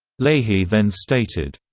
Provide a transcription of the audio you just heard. leahy then stated,